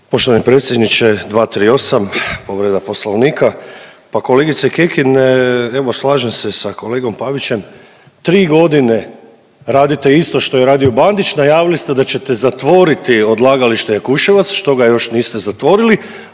Poštovani predsjedniče 238. povreda poslovnika, pa kolegice Kekin evo slažem se sa kolegom Pavićem, tri godine radite isto što je radio Bandić, najavili ste da ćete zatvoriti odlagalište Jakuševac što ga još niste zatvorili,